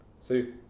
See